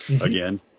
again